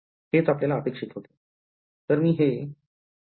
हेच आपल्याला अपेक्षित होते